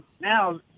now